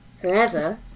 Forever